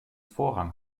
vorrang